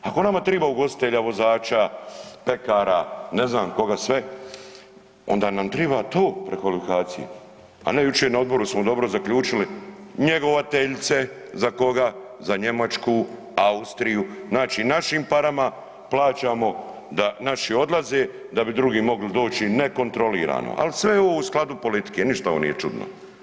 Ako nama triba ugostitelja, vozača, pekara, ne znam koga sve, onda nam triba to prekvalifikacije, a ne jučer na odboru smo dobro zaključili, njegovateljice, za koga, za Njemačku, Austriju, znači našim parama plaćamo da naši odlaze da bi drugi mogli doći nekontrolirano, al sve je ovo u skladu politike, ništa ovo nije čudno.